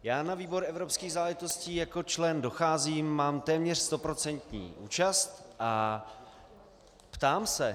Já na výbor pro evropské záležitosti jako člen docházím, mám téměř stoprocentní účast a ptám se.